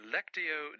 Lectio